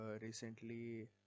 recently